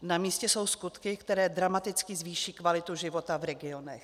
Namístě jsou skutky, které dramaticky zvýší kvalitu života v regionech.